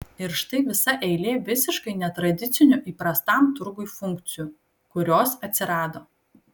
ir štai visa eilė visiškai netradicinių įprastam turgui funkcijų kurios atsirado